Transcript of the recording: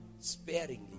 sparingly